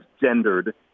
gendered